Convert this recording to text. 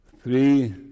Three